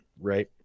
right